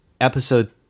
episode